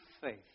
faith